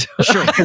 Sure